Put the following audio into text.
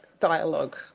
dialogue